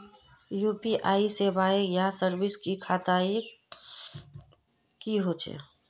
UPI सेवाएँ या services की खासियत की होचे?